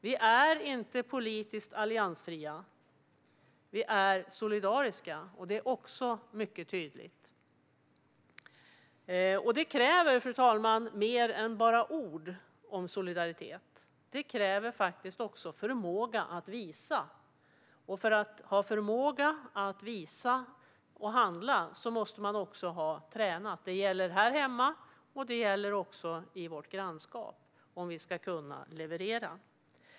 Vi är inte politiskt alliansfria. Vi är solidariska, och det är också mycket tydligt. Detta kräver mer än bara ord om solidaritet, fru talman. Det kräver också förmåga att visa solidaritet. För att ha förmåga att visa solidaritet och handla därefter måste man också ha tränat. Det gäller här hemma liksom i vårt grannskap, om vi ska kunna leverera.